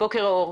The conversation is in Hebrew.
בעמק הירדן